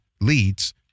leads